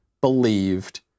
believed